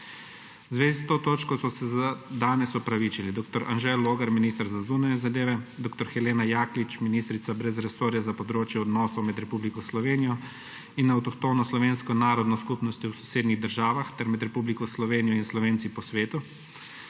V zvezi s to točko so se za danes opravičili: dr. Anže Logar, minister za zunanje zadeve; dr. Helena Jaklitsch, ministrica brez resorja za področje odnosov med Republiko Slovenijo in avtohtono slovensko narodno skupnostjo v sosednjih državah ter med Republiko Slovenijo in Slovenci po svetu;